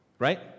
Right